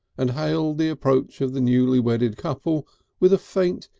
and hailed the approach of the newly wedded couple with a faint,